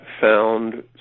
found